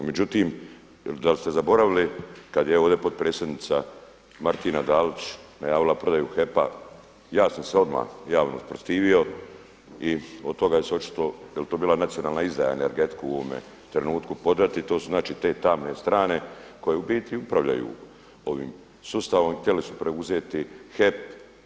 Međutim, da li ste zaboravili kada je ovdje potpredsjednica Martina Dalić najavila prodaju HEP-a ja sam se odmah javno usprotivio i od toga se očito jel to bila nacionalna izdaja energetiku u ovome trenutku prodati, to su te tamne strane koje u biti upravljaju ovim sustavom i htjeli su preuzeti HEP.